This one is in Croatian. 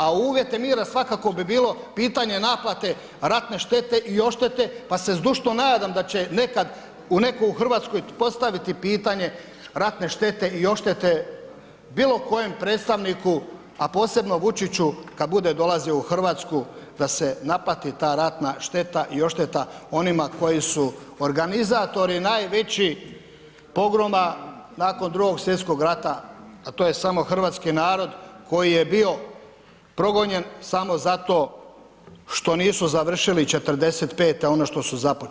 A u uvjete mira svakako bi bilo pitanje naplate ratne štete i odštete pa se zdušno nadam da će nekada netko u Hrvatskoj postaviti pitanje ratne štete i odštete bilo kojem predstavniku, a posebno Vučiću kada bude dolazio u Hrvatsku da se naplati ta ratna šteta i odšteta onima koji su organizatori najveći … nakon Drugog svjetskog rata, a to je samo hrvatski narod koji je bio progonjen samo zato što nisu završili 45. ono što su započeli.